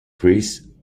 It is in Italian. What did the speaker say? chris